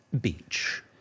beach